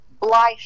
life